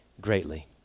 greatly